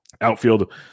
outfield